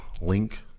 link